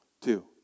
Two